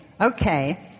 Okay